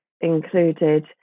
included